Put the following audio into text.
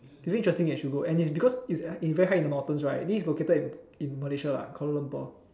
very interesting you should go and because it it's very high in the mountains right this is located in in Malaysia lah Kuala-Lumpur